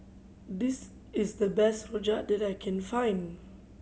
this is the best rojak that I can find